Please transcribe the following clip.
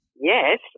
yes